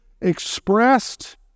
expressed